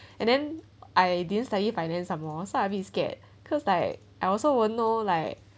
and then I didn't study finance some more so I'm a bit scared cause like I also wouldn't know like